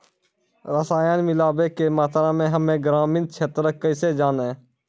रसायन मिलाबै के मात्रा हम्मे ग्रामीण क्षेत्रक कैसे जानै?